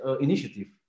initiative